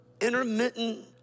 intermittent